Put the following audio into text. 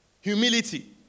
Humility